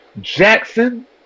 Jackson